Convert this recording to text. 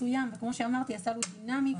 כאמור הסל הוא דינמי.